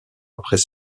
après